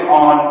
on